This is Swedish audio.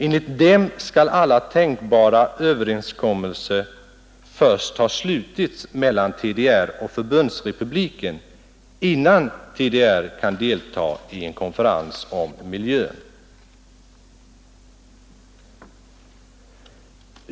Enligt dem skall alla tänkbara överenskommelser först ha slutits mellan TDR och Förbundsrepubliken innan TDR kan delta i en konferens om miljön.